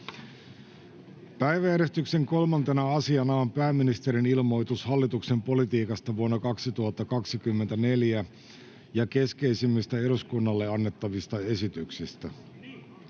N/A Content: Päiväjärjestyksen 3. asiana on pääministerin ilmoitus hallituksen politiikasta vuonna 2024 ja keskeisimmistä eduskunnalle annettavista esityksistä.